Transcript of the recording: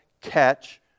catch